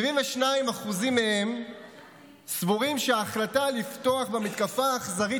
72% מהם סבורים שההחלטה לפתוח במתקפה האכזרית